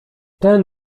ten